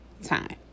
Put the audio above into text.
time